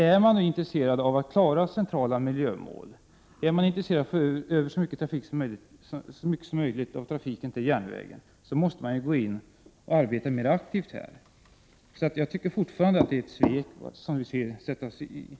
| Är man intresserad av att klara centrala miljömål, är man intresserad av att föra över så mycket som möjligt av trafiken till järnväg, måste man gå in här och arbeta mer aktivt. Jag vidhåller därför att regeringen nu sviker sin trafikpolitik.